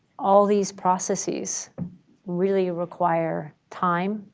all these processes really require time,